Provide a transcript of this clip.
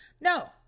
No